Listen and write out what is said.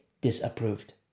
disapproved